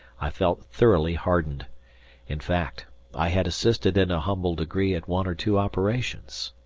i felt thoroughly hardened in fact i had assisted in a humble degree at one or two operations.